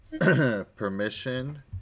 permission